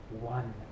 one